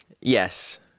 Yes